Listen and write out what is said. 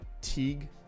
Teague